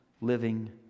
living